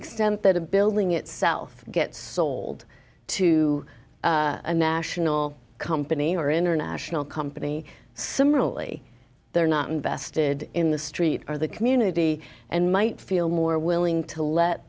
extent that the building itself gets sold to a national company or international company similarly they're not invested in the street or the community and might feel more willing to let